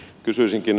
kysyisinkin